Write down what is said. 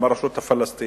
עם הרשות הפלסטינית,